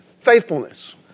faithfulness